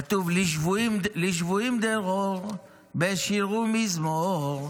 כתוב: "לשבויים דרור בשיר ומזמור,